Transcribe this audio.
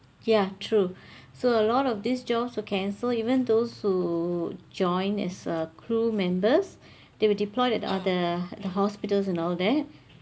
ya true so a lot of these jobs were cancelled even those who join as a crew members they were deployed at the at the hospitals and all that